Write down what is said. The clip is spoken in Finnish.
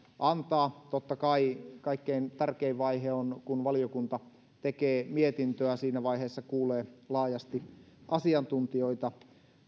antaa totta kai kaikkein tärkein vaihe on se kun valiokunta tekee mietintöä siinä vaiheessa kuullaan laajasti asiantuntijoita